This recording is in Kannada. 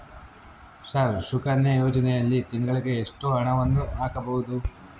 ಸರ್ ಸುಕನ್ಯಾ ಯೋಜನೆಯಲ್ಲಿ ತಿಂಗಳಿಗೆ ಎಷ್ಟು ಹಣವನ್ನು ಹಾಕಬಹುದು?